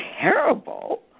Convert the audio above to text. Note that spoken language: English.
terrible